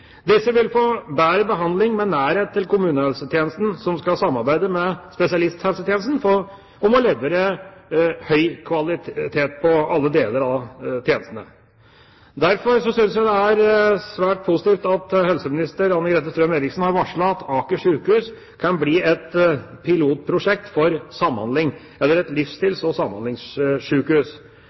Disse vil få bedre behandling med nærhet til kommunehelsetjenesten, som skal samarbeide med spesialisthelsetjenesten om å levere høy kvalitet på alle deler av tjenestene. Derfor synes jeg det er svært positivt at helseminister Anne-Grete Strøm-Erichsen har varslet at Aker sykehus kan bli et pilotprosjekt for et livsstils- og samhandlingssykehus.